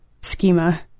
schema